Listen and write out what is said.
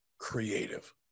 creative